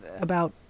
About